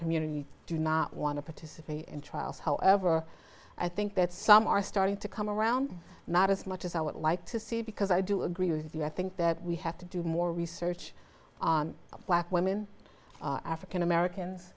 community do not want to participate in trials however i think that some are starting to come around not as much as i would like to see because i do agree with you i think that we have to do more research on black women african americans